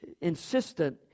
insistent